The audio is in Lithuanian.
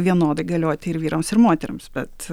vienodai galioti ir vyrams ir moterims bet